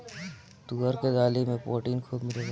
तुअर के दाली में प्रोटीन खूब मिलेला